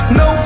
no